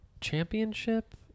Championship